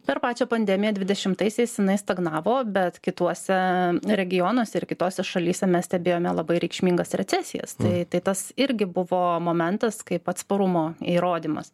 per pačią pandemiją dvidešimtaisiais jinai stagnavo bet kituose regionuose ir kitose šalyse mes stebėjome labai reikšmingas recesijas tai tai tas irgi buvo momentas kaip atsparumo įrodymas